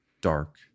dark